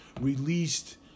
released